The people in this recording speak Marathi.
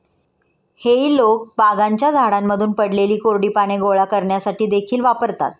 हेई लोक बागांच्या झाडांमधून पडलेली कोरडी पाने गोळा करण्यासाठी देखील वापरतात